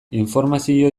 informazio